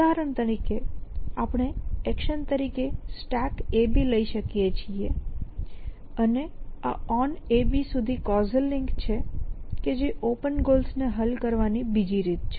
ઉદાહરણ તરીકે આપણે એક્શન તરીકે StackAB લઇ શકીએ છીએ અને આ OnAB સુધી કૉઝલ લિંક છે કે જે ઓપન ગોલ્સને હલ કરવાની બીજી રીત છે